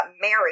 married